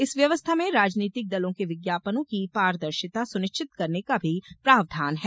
इस व्यवस्था में राजनीतिक दलों के विज्ञापनों की पारदर्शिता सुनिश्चित करने का भी प्रावधान है